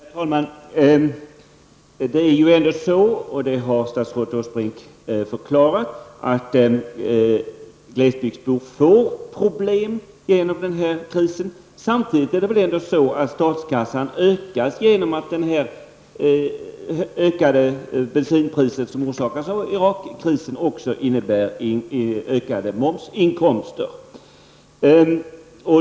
Herr talman! Det är ju ändå så, vilket också statsrådet Åsbrink har förklarat, att glesbygdsborna får problem till följd av krisen. Samtidigt ökas statskassans medel genom ökade bensinpriser, som orsakas av Irakkrisen. Det innebär ju ökade momsintäkter.